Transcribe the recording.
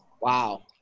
wow